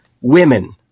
women